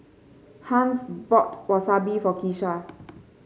Hans bought Wasabi for Keesha